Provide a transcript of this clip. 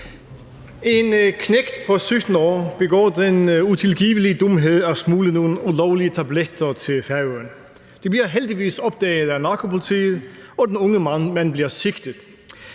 En knægt på 17 år begår den utilgivelige dumhed at smugle nogle ulovlige tabletter til Færøerne. Det bliver heldigvis opdaget af narkopolitiet, og den unge mand bliver sigtet.